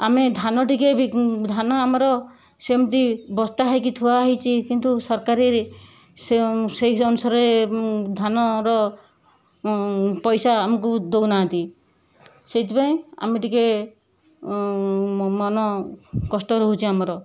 ଆମେ ଧାନ ଟିକେ ବି ଧାନ ଆମର ସେମିତି ବସ୍ତା ହେଇକି ଥୁଆ ହେଇଛି କିନ୍ତୁ ସରକାର ସେ ସେଜ ଅନୁସାରେ ଧାନର ପଇସା ଆମକୁ ଦଉ ନାହାଁନ୍ତି ସେଇଥି ପାଇଁ ଆମେ ଟିକେ ମନ କଷ୍ଟ ରହୁଛି ଆମର